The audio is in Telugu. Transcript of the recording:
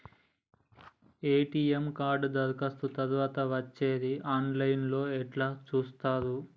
ఎ.టి.ఎమ్ కార్డు దరఖాస్తు తరువాత వచ్చేది ఆన్ లైన్ లో ఎట్ల చూత్తరు?